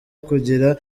kugira